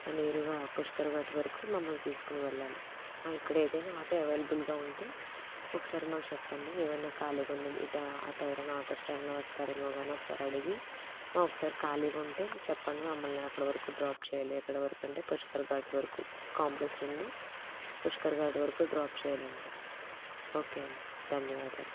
నేరుగా పుష్కర ఘాట్ వరకు మమ్మల్ని తీసుకొని వెళ్ళాలి ఆ ఇక్కడ ఏదైనా ఆటో అవైలబుల్గా ఉంటే ఒకసారి మాకు చెప్పండి ఏవైనా ఖాళీగా ఉంది ఇటా అటు ఎవరైనా ఆటో స్టాండ్లో వస్తారేమో కానీ ఒకసారి అడిగి ఒకసారి ఖాళీగా ఉంటే చెప్పండి మమ్మల్ని అక్కడ వరకు డ్రాప్ చేయాలి ఎక్కడ వరకు అంటే పుష్కర్ ఘాట్ వరకు కాంప్లెక్స్ నుండి పుష్కర్ ఘాట్ వరకు డ్రాప్ చేయాలండి ఓకే అండి ధన్యవాదాలు